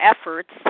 efforts